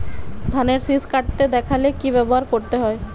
ধানের শিষ কাটতে দেখালে কি ব্যবহার করতে হয়?